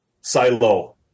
Silo